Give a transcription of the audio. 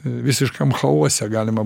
visiškam chaose galima